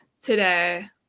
today